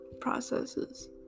processes